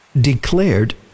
declared